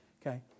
Okay